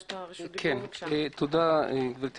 תודה, גברתי